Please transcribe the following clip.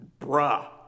bruh